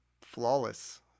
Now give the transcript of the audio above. flawless